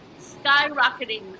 skyrocketing